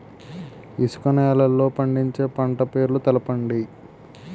ఇసుక నేలల్లో పండించే పంట పేర్లు తెలపండి?